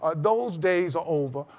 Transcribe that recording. ah those days are over.